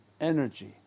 energy